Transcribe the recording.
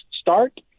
start